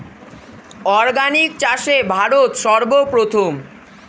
organic চাষে ভারত সর্বপ্রথম